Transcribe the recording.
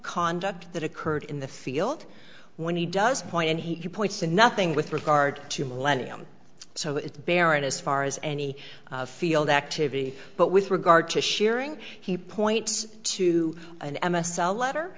conduct that occurred in the field when he does point and he points to nothing with regard to millennium so it's buried as far as any field activity but with regard to sharing he points to an m s l letter